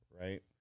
right